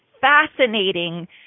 fascinating